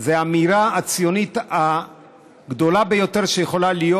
וזו האמירה הציונית הגדולה ביותר שיכולה להיות